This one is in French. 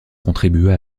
contribua